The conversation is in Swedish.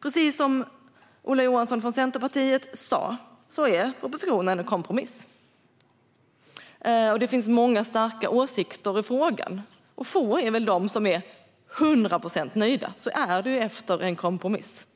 Precis som Ola Johansson från Centerpartiet sa är propositionen en kompromiss. Det finns många starka åsikter i frågan, och få är de som är 100 procent nöjda. Så är det ju efter en kompromiss.